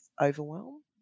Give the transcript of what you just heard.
overwhelm